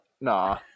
nah